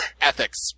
ethics